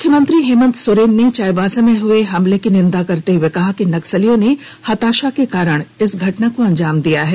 मुख्यमंत्री हेमंत सोरेन ने चाईबासा में हुए हमले की निंदा करते हुए कहा कि नक्सलियों ने हताशा के कारण इस घटना को अंजाम दिया है